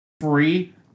free